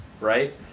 right